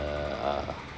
err